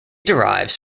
derives